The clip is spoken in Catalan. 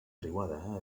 riuada